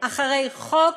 אחרי חוק